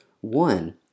one